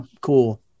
cool